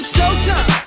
Showtime